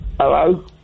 Hello